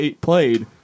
played